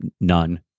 none